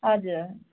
हजुर